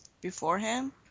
beforehand